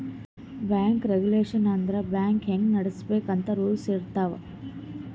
bank regulation ಅಂದುರ್ bank ಹ್ಯಾಂಗ್ ನಡುಸ್ಬೇಕ್ ಅಂತ್ ರೂಲ್ಸ್ ಇರ್ತಾವ್